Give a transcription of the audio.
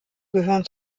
gehören